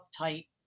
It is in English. uptight